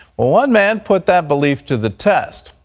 one man put that belief to the test.